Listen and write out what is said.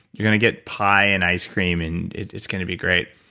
you're gonna get pie, and ice cream, and it's gonna be great.